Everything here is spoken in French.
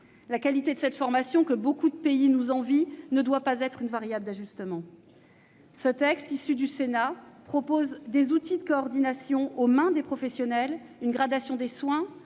La qualité de cette formation, que beaucoup de pays nous envient, ne doit pas être une variable d'ajustement. Le texte issu des travaux du Sénat place des outils de coordination entre les mains des professionnels, permet une gradation des soins